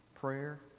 prayer